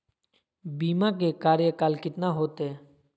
बीमा के कार्यकाल कितना होते?